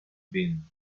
been